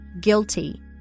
guilty